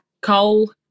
Cole